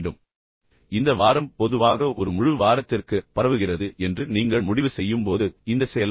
இப்போது இந்த வாரம் பொதுவாக ஒரு முழு வாரத்திற்கு பரவுகிறது என்று நீங்கள் முடிவு செய்யும் போது இந்த செயல்பாடு